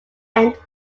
end